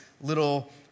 little